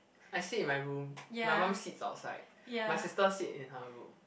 I sit in my room my mum sits outside my sister sit in her room